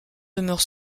demeure